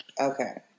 Okay